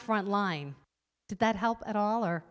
frontline did that help at all or